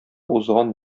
узган